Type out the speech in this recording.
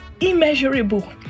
immeasurable